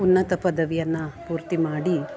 ಉನ್ನತ ಪದವಿಯನ್ನು ಪೂರ್ತಿಮಾಡಿ